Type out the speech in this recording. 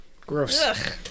Gross